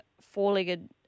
four-legged